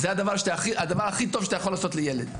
זה הדבר הכי טוב שאתה יכול לעשות לילד.